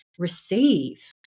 receive